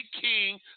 king